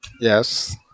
Yes